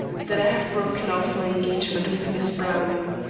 that i have broken off my engagement with miss browne.